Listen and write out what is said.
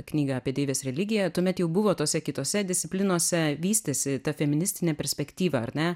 knygą apie deivės religiją tuomet jau buvo tose kitose disciplinose vystėsi ta feministinė perspektyva ar ne